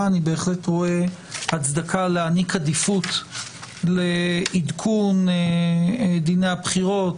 אני בהחלט רואה הצדקה להעניק עדיפות לעדכון דיני הבחירות,